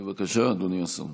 בבקשה, אדוני השר.